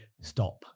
stop